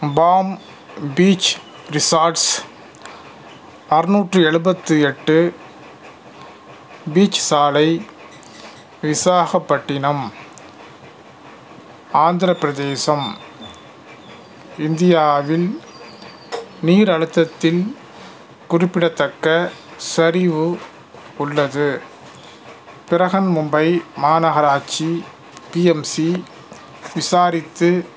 bomb beach resorts அறுநூற்றி எழுபத்தி எட்டு பீச் சாலை விசாகப்பட்டினம் ஆந்திரப் பிரதேசம் இந்தியாவில் நீர் அழுத்தத்தில் குறிப்பிடத்தக்க சரிவு உள்ளது பிரஹன்மும்பை மாநகராட்சி பிஎம்சி விசாரித்து